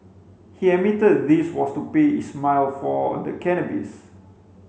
he admitted this was to pay Ismail for the cannabis